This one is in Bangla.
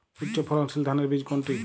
উচ্চ ফলনশীল ধানের বীজ কোনটি?